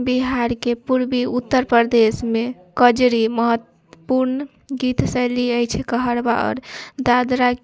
बिहारके पूर्बी उत्तर प्रदेशमे कजरी महत्वपूर्ण गीत शैली अछि कहरबा आओर दादरा